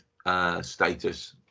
status